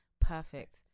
perfect